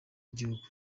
igihugu